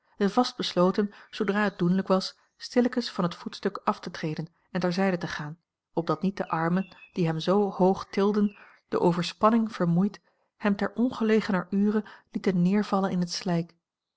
en vast besloten zoodra het doenlijk was stillekens van het voetstuk af te treden en ter zijde te gaan opdat niet de armen die hem zoo hoog tilden door overspanning vermoeid hem ter ongelegener ure lieten neervallen in het slijk